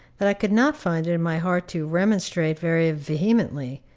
that i could not find it in my heart to remonstrate very vehemently,